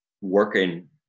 working